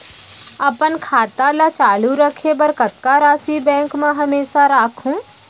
अपन खाता ल चालू रखे बर कतका राशि बैंक म हमेशा राखहूँ?